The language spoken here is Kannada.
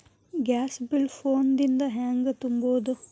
ಗ್ಯಾಸ್ ಬಿಲ್ ಫೋನ್ ದಿಂದ ಹ್ಯಾಂಗ ತುಂಬುವುದು?